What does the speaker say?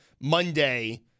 Monday